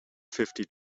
fifty